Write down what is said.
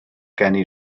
geni